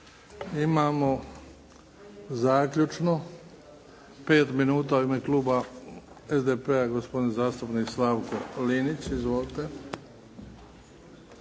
Imamo zaključno. Pet minuta u ima klupa SDP-a gospodin zastupnik Slavko Linić. Izvolite.